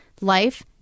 life